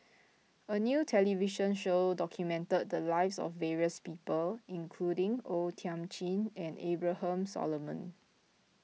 a new television show documented the lives of various people including O Thiam Chin and Abraham Solomon